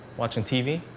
watching tv.